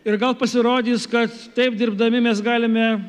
ir gal pasirodys kad taip dirbdami mes galime